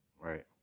Right